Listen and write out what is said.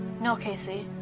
no, casey,